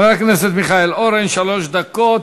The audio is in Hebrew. חבר הכנסת מיכאל אורן, שלוש דקות,